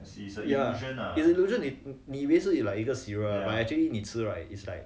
yeah is illusion 你你以为是 like 一个 cereal but actually 你吃 right is like